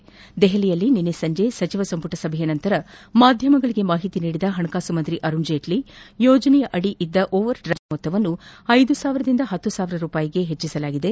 ನವದೆಹಲಿಯಲ್ಲಿ ನಿನ್ತೆ ಸಂಜೆ ಸಚಿವ ಸಂಪುಟ ಸಭೆಯ ನಂತರ ಮಾಧ್ಯಮಗಳಿಗೆ ಮಾಹಿತಿ ನೀಡಿದ ಹಣಕಾಸು ಸಚಿವ ಅರುಣ್ ಜ್ವೆಟ್ತಿ ಯೋಜನೆಯಡಿ ಇದ್ದ ಓವರ್ ಡ್ರಾಫ್ಸ್ ಪ್ರಯೋಜನದ ಮೊತ್ತವನ್ನು ಐದು ಸಾವಿರದಿಂದ ಹತ್ತು ಸಾವಿರಕ್ಕೆ ಹೆಚ್ಚಿಸಲಾಗಿದೆ